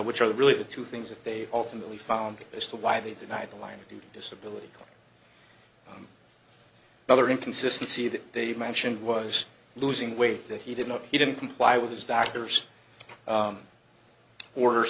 which are really the two things that they ultimately found as to why they deny the line of the disability whether inconsistency that they mentioned was losing weight that he did not he didn't comply with his doctor's orders